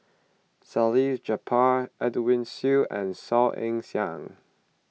Salleh Japar Edwin Siew and Saw Ean Ang